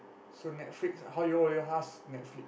so Netflix how will you all Netflix